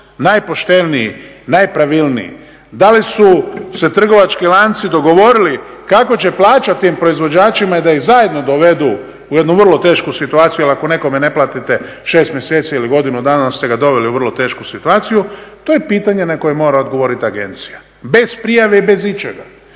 najpošteniji, najpravilniji, da li su se trgovački lanci dogovorili kako će plaćati tim proizvođačima i da ih zajedno dovedu u jednu vrlo tešku situaciju jel ako nekome ne platite 6 mjeseci ili godinu dana onda ste ga doveli u vrlo tešku situaciju, to je pitanje na koje mora odgovoriti agencija bez prijave, bez ičega.